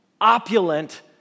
opulent